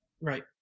right